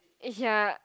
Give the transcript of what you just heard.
ya